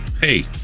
hey